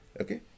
Okay